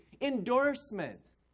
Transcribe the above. endorsements